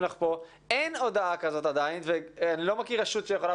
עדיין אין הודעה כזאת ואני לא מכיר רשות שיכולה